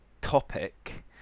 topic